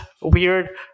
weird